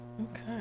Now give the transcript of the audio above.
Okay